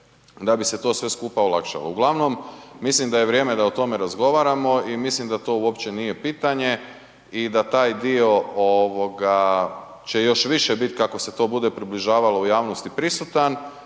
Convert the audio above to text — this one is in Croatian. da bi se to sve skupa olakšalo. Uglavnom, mislim da je vrijeme da o tome razgovaramo i mislim da to uopće nije pitanje i da taj dio ovoga će još više biti kako se to bude približavalo u javnosti prisutan,